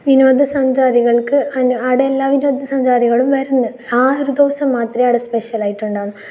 വിനോദ സഞ്ചാരികൾക്ക് ആടെ എല്ലാ വിനോദ സഞ്ചാരികളും വരുന്നു ആ ഒരു ദിവസം മാത്രമേ അവിടെ സ്പെഷ്യലായിട്ടുണ്ടാകൂ